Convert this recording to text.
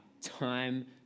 time